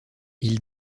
ils